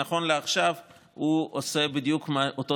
נכון לעכשיו הוא עושה בדיוק את אותו